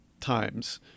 times